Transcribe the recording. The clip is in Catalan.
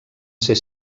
ser